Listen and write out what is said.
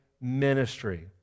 ministry